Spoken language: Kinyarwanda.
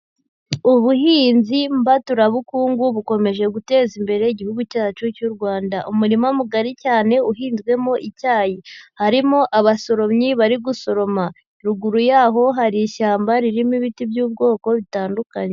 Ubuhinzi mbaturabukungu bukomeje guteza imbere Igihugu cyacu cy'u Rwanda, umurima mugari cyane uhinzwemo icyayi, harimo abasoromyi bari gusoroma, ruguru yaho hari ishyamba ririmo ibiti by'ubwoko bitandukanye.